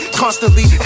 constantly